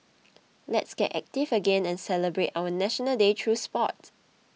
let's get active again and celebrate our National Day through sport